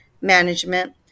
management